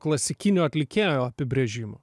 klasikinio atlikėjo apibrėžimo